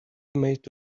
meet